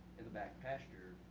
in the back pasture,